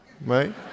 right